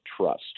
trust